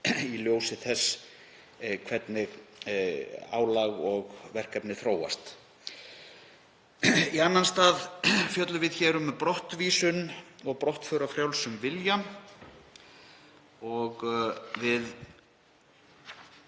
í ljósi þess hvernig álag og verkefni þróast. Í annan stað fjöllum við um brottvísun og brottför af frjálsum vilja. Við